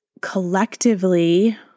collectively